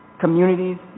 communities